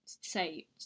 say